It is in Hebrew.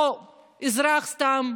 או אזרח סתם,